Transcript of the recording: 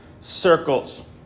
circles